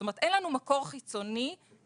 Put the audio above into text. זאת אומרת אין לנו מקור חיצוני שמשלם,